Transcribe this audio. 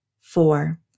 Four